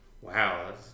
Wow